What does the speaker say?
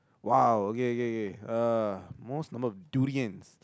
!wow! okay okay okay uh most number of durians